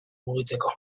mugitzeko